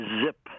Zip